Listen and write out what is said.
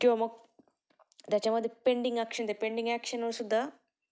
किंवा मग त्याच्यामध्ये पेंडिंग ॲक्शन ते पेंडिंग ॲक्शनवरसुद्धा